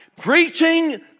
preaching